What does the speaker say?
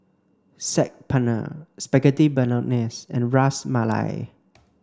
Saag Paneer Spaghetti Bolognese and Ras Malai